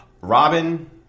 Robin